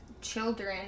children